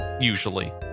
usually